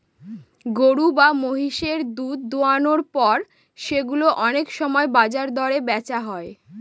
গরু বা মহিষের দুধ দোহানোর পর সেগুলো অনেক সময় বাজার দরে বেচা হয়